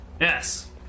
Yes